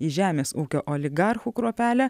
į žemės ūkio oligarchų kruopelę